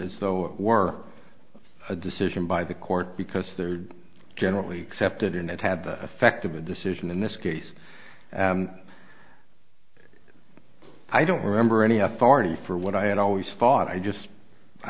as though it were a decision by the court because they're generally accepted and it had the effect of a decision in this case i don't remember any authority for what i had always thought i just i